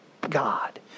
God